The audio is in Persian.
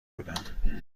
بودم